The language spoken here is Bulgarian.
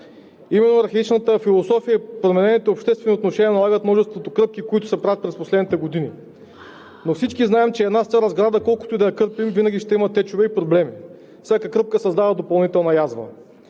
Именно архаичната философия и променените обществени отношения налагат множеството кръпки, които се правят през последните години. Но всички знаем, че една стара сграда, колкото и да я кърпим, винаги ще има течове и проблеми. Всяка кръпка създава допълнителна язва.